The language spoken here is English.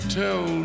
tell